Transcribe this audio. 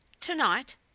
to-night